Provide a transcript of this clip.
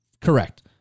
Correct